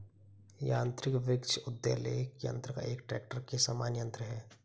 यान्त्रिक वृक्ष उद्वेलक यन्त्र एक ट्रेक्टर के समान यन्त्र है